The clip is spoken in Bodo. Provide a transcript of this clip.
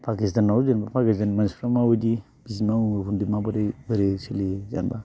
पाकिस्टानाव जेनेबा पाकिस्टाननि मानसिफोरा माबायदि बिसोरनियाव उग्र'पन्थि माबायदि बोरै सोलियो जेनेबा